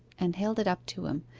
and held it up to him,